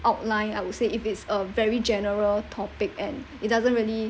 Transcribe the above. outline I would say if it's a very general topic and it doesn't really